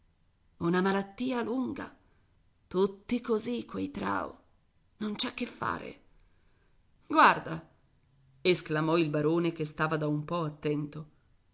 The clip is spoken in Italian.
una malattia lunga tutti così quei trao non c'è che fare guarda esclamò il barone che stava da un po attento